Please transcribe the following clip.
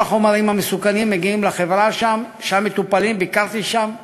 כל החומרים המסוכנים מגיעים לחברה ומטופלים שם.